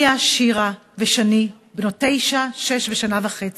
ליה, שירה ושני, בנות תשע, שש ושנה וחצי,